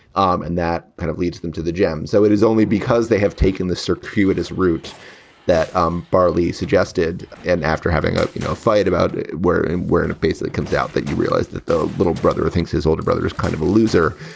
um and that kind of leads them to the gem. so it is only because they have taken this circuitous route that um barley's suggested. and after having a you know fight about where we're at a pace that comes out, that you realize that the little brother thinks his older brother is kind of a loser,